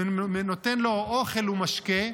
והיה נותן לו אוכל ומשקה,